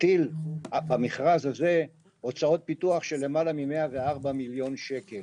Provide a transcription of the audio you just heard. הטיל במכרז הזה הוצאות פיתוח של למעלה מ-100 מיליון שקלים.